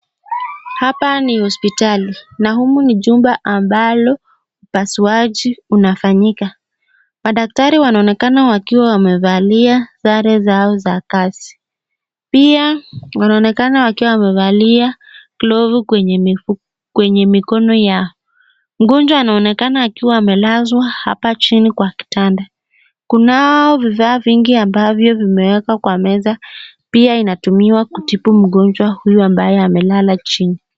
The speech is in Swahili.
Hapa ni hospitali na humu ni jumba ambalo upasuaji unafanyika. Madaktari wanaonekana wakiwa wamevalia sare zao za kazi. Pia wanaonekana wakiwa wamevalia glovu kwenye mikono yao. Mgonjwa anaonekana akiwa amelazwa hapa chini kwa kitanda, kunao vifaa vingi ambavyo vimewekwa kwa meza. Pia inatumiwa kutibu mgonjwa huyu ambaye amelala chini.